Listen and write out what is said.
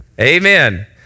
Amen